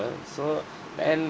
so then